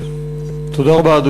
תודה רבה.